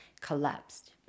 collapsed